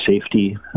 safety